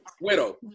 Widow